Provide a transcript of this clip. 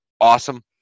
awesome